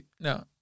No